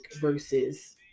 versus